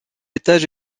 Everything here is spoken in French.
étage